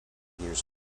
years